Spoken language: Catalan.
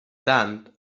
tant